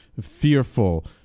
fearful